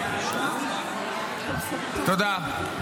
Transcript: תודה.